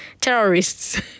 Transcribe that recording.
terrorists